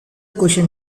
question